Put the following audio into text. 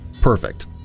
perfect